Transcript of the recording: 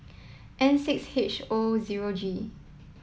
N six H O zero G